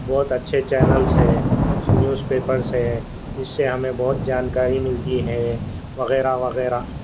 بہت اچھے چینلس ہیں نیوز پیپرس ہیں اس سے ہمیں بہت جانکاری ملتی ہیں وغیرہ وغیرہ